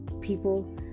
people